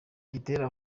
gitera